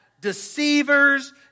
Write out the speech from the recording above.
deceivers